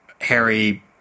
Harry